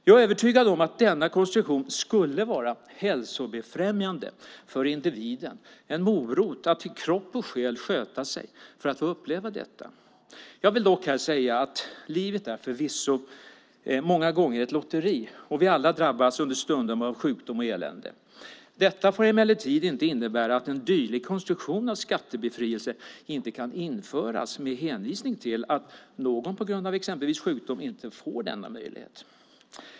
Jag är övertygad om att denna konstruktion skulle vara hälsofrämjande för individen, en morot att till kropp och själ sköta sig för att få uppleva det. Jag vill dock säga att livet förvisso många gånger är ett lotteri, och vi drabbas alla understundom av sjukdom och elände. Det får emellertid inte innebära att en dylik konstruktion om skattebefrielse inte kan införas med hänvisning till att någon på grund av exempelvis sjukdom inte får denna möjlighet.